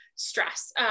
stress